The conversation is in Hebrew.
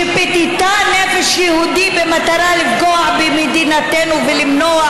שפיתתה נפש יהודי במטרה לפגוע במדינתנו ולמנוע